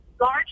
large